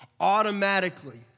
automatically